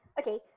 Okay